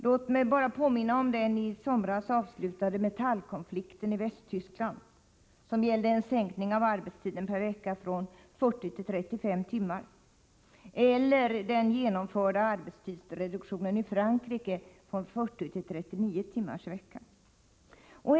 Låt mig bara påminna om den i somras avslutade metallkonflikten i Västtyskland, som gällde en sänkning av arbetstiden per 57 vecka från 40 till 35 timmar, eller den genomförda arbetstidsreduktionen i Frankrike från 40 till 39 timmar per vecka.